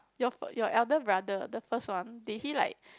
your your elder brother the first one did he like